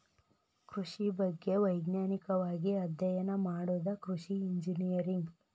ಕೃಷಿ ಬಗ್ಗೆ ವೈಜ್ಞಾನಿಕವಾಗಿ ಅಧ್ಯಯನ ಮಾಡುದ ಕೃಷಿ ಇಂಜಿನಿಯರಿಂಗ್